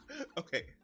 Okay